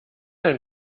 ein